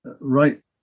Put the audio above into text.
right